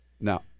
Now